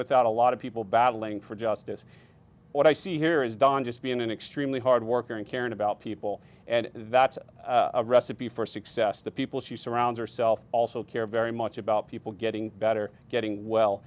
without a lot of people battling for justice what i see here is don just being an extremely hard worker and caring about people and that's a recipe for success the people she surrounds herself also care very much about people getting better getting well